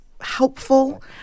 helpful